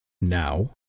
Now